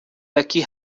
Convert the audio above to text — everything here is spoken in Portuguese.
daqui